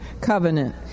covenant